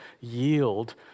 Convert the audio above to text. yield